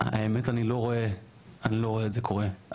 האמת אני לא רואה את זה קורה,